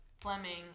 Fleming